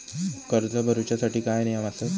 कर्ज भरूच्या साठी काय नियम आसत?